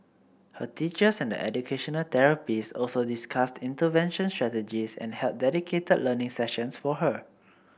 her teachers and the educational therapists also discussed intervention strategies and held dedicated learning sessions for her